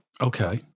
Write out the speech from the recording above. Okay